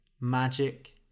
magic